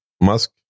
Musk